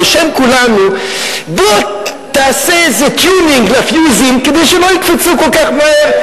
בשם כולנו: בוא תעשה איזה "טיונינג" לפיוזים כדי שלא יקפצו כל כך מהר.